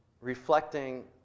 reflecting